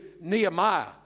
Nehemiah